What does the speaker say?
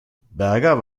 berger